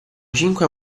cinque